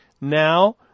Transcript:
Now